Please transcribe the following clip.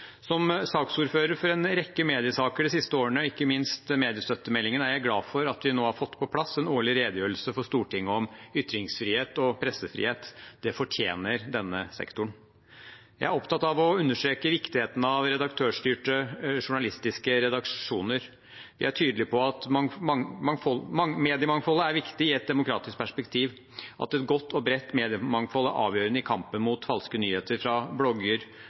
Som saksordfører for en rekke mediesaker de siste årene, og ikke minst for mediestøttemeldingen, er jeg glad for at vi nå har fått på plass en årlig redegjørelse for Stortinget om ytringsfrihet og pressefrihet. Det fortjener denne sektoren. Jeg er opptatt av å understreke viktigheten av redaktørstyrte journalistiske redaksjoner. Vi er tydelige på at mediemangfoldet er viktig i et demokratisk perspektiv, at et godt og bredt mediemangfold er avgjørende i kampen mot falske nyheter fra blogger,